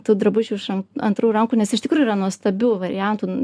tų drabužių iš antrų rankų nes iš tikrųjų yra nuostabių variantų